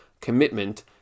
commitment